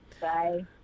bye